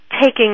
taking